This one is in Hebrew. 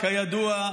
כידוע,